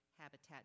habitat